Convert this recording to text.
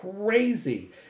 crazy